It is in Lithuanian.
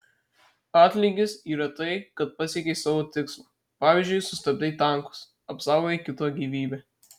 atlygis yra tai kad pasiekei savo tikslą pavyzdžiui sustabdei tankus apsaugojai kito gyvybę